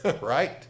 right